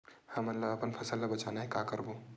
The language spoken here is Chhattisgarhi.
हमन ला अपन फसल ला बचाना हे का करबो?